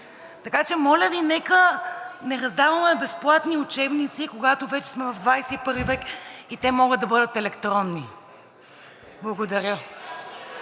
Така че моля Ви, нека не раздаваме безплатни учебници, когато вече сме в XXI век и те могат да бъдат електронни. Благодаря.